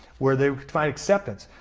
where they would find acceptance.